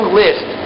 list